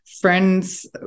friends